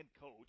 coach